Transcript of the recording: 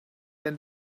when